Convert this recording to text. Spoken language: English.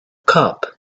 cup